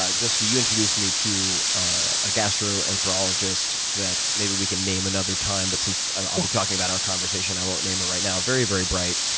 jessica, you introduced me to a gastroenterologist that maybe we can name another time, but since i'll be talking about our conversation, i won't name her right now, very, very bright.